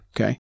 okay